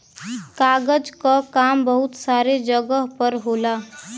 कागज क काम बहुत सारे जगह पर होला